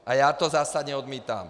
A já to zásadně odmítám.